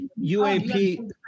UAP